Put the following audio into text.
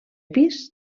pis